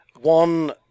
one